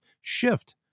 shift